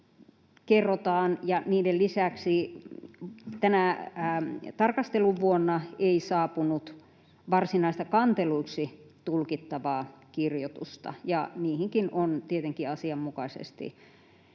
kerrotaan — niiden lisäksi tänä tarkasteluvuonna ei saapunut varsinaisia kanteluiksi tulkittavia kirjoituksia — ja niihinkin on tietenkin asianmukaisesti reagoitu.